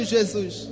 Jesus